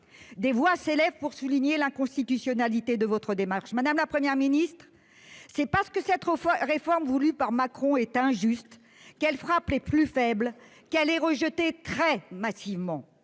Des voix s'élèvent pour souligner l'inconstitutionnalité de votre démarche. Madame la Première ministre, c'est parce que cette réforme voulue par Emmanuel Macron est injuste et parce qu'elle frappe les plus faibles qu'elle est rejetée très massivement.